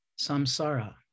samsara